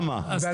מה